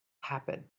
happen